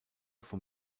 vom